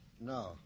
No